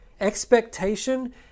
expectation